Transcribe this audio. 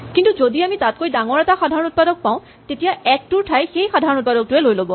কিন্তু যদি আমি তাতকৈ ডাঙৰ এটা সাধাৰণ উৎপাদক পাওঁ তেতিয়া ১ টোৰ ঠাই সেই উৎপাদকটোৱে ল'ব